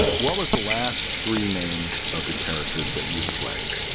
what was the last three names of the characters that you've played?